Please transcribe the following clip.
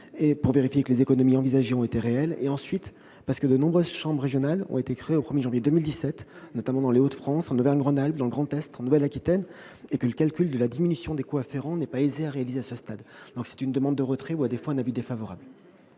pour vérifier que les économies envisagées ont été réelles, ensuite parce que de nombreuses chambres régionales ont été créées au 1 janvier 2017, notamment dans les Hauts-de-France, en Auvergne-Rhône-Alpes, dans le Grand Est, en Nouvelle Aquitaine, et que le calcul de la diminution des coûts afférents n'est pas aisé à réaliser à ce stade. Madame Lamure, l'amendement n° I-95 est-il maintenu